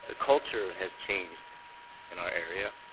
ah culture has changed in our area.